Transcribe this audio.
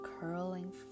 curling